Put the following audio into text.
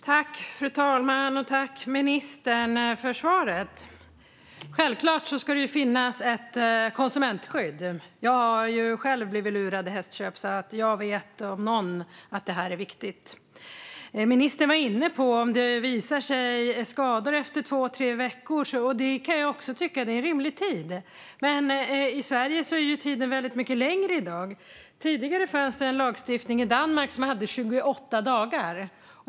Fru talman! Jag tackar ministern för svaret. Självklart ska det finnas ett konsumentskydd. Jag har själv blivit lurad vid hästköp, så jag om någon vet att detta är viktigt. Ministern var inne på skador som visar sig efter två tre veckor. Jag kan också tycka att det är en rimlig tid. Men i Sverige är tiden väldigt mycket längre i dag. Tidigare fanns det en lagstiftning i Danmark som innebar 28 dagar.